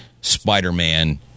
Spider-Man